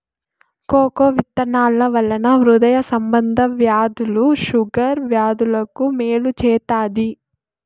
cocoa విత్తనాల వలన హృదయ సంబంధ వ్యాధులు షుగర్ వ్యాధులకు మేలు చేత్తాది